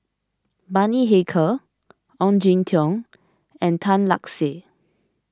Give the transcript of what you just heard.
Bani Haykal Ong Jin Teong and Tan Lark Sye